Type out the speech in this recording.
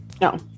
No